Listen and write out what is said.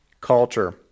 culture